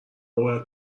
باید